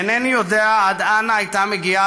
אינני יודע עד אנה הייתה מגיעה